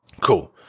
Cool